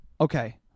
okay